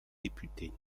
députés